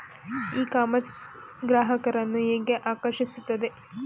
E commerce ಗ್ರಾಹಕರನ್ನು ಹೇಗೆ ಆಕರ್ಷಿಸುತ್ತದೆ?